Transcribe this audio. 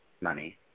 money